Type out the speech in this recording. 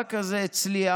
והמאבק הזה הצליח,